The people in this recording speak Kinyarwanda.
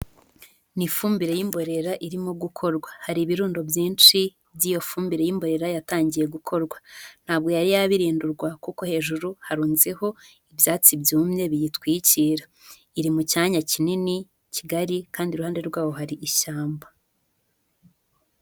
Ni ifumbire y'imborera irimo gukorwa. Hari ibirundo byinshi by'iyo fumbire y'imborera yatangiye gukorwa. Ntabwo yari yabirindurwa kuko hejuru harunzeho ibyatsi byumye biyitwikira. Iri mu cyanya kinini kigari kandi iruhande rwaho hari ishyamba.